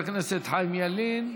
חבר הכנסת חיים ילין.